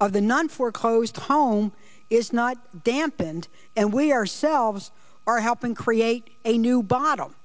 of the non foreclosed home is not dampened and we ourselves are helping create a new bottle